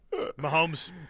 Mahomes